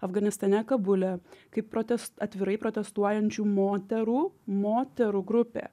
afganistane kabule kaip protes atvirai protestuojančių moterų moterų grupė